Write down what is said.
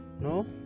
No